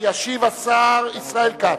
ישיב השר ישראל כץ.